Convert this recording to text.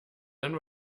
dann